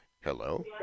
Hello